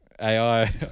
AI